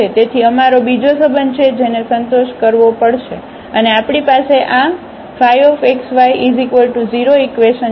તેથી અમારો બીજો સંબંધ છે જેને સંતોષ કરવો પડશે અને આપણી પાસે આ xy0 ઇકવેશન છે